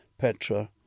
Petra